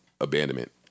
abandonment